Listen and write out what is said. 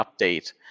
update